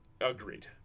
Agreed